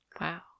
wow